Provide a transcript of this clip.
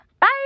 Bye